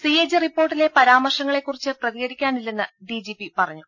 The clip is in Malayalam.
ദേര സിഎജി റിപ്പോർട്ടിലെ പരാമർശങ്ങളെ കുറിച്ച് പ്രതികരിക്കാനി ല്ലെന്ന് ഡിജിപി പറഞ്ഞു